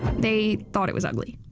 they thought it was ugly.